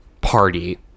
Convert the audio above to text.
party